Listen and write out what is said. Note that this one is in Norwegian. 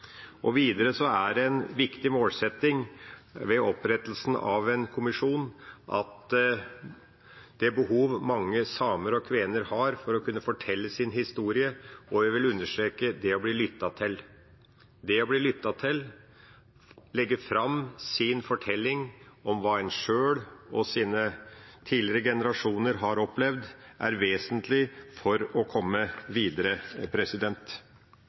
kommisjonen. Videre er det en viktig målsetting ved opprettelsen av en kommisjon at det behovet mange samer og kvener har for å kunne fortelle sin historie og – vil jeg understreke – bli lyttet til, legge fram sin fortelling om hva de sjøl og deres tidligere generasjoner har opplevd, er vesentlig for å komme videre.